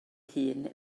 hun